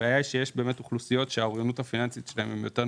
הבעיה היא שיש אוכלוסיות שהאוריינות הפיננסית שלהן נכונה יותר,